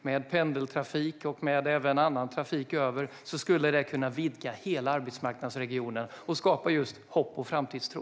Med pendeltrafik och även med annan trafik skulle det kunna vidga hela arbetsregionen och skapa just hopp och framtidstro.